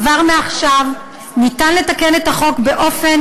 כבר מעכשיו ניתן לתקן את החוק באופן